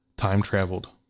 time traveled.